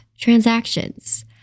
transactions